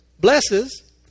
blesses